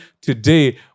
today